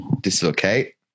dislocate